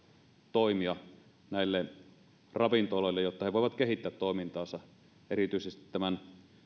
toimia näille ravintoloille jotta he voivat kehittää toimintaansa erityisesti tämän